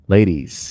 Ladies